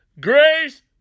grace